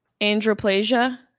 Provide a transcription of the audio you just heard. Androplasia